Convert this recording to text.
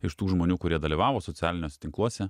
iš tų žmonių kurie dalyvavo socialiniuose tinkluose